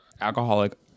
Alcoholic